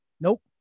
Nope